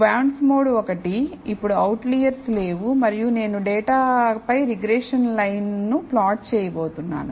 బాండ్మోడ్ ఒకటి ఇప్పుడు అవుట్లెర్స్ లేవుమరియు నేను డేటాపై రిగ్రెషన్ లైన్ ను ప్లాట్ చేయబోతున్నాను